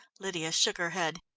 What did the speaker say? lydia shook her head.